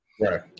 Right